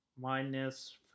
minus